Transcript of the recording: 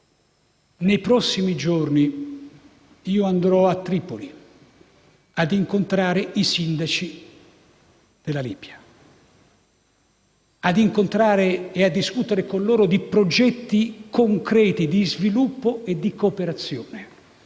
Nei prossimi giorni andrò a Tripoli per incontrare i sindaci libici e discutere con loro di progetti concreti di sviluppo e cooperazione.